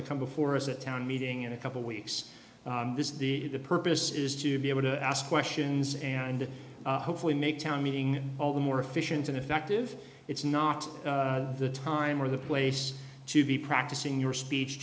to come before us a town meeting in a couple weeks this is the purpose is to be able to ask questions and hopefully make town meeting all the more efficient and effective it's not the time or the place to be practicing your speech